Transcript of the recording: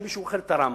שמישהו אחר תרם.